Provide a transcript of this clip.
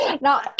now